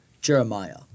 Jeremiah